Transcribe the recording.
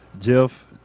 Jeff